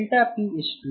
p ಎಷ್ಟು